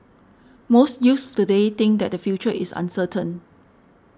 most youths today think that their future is uncertain